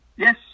Yes